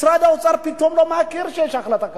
פתאום משרד האוצר לא מכיר החלטה כזאת.